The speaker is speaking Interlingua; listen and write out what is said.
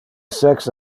sex